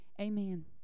Amen